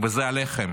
וזה עליכם,